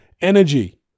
energy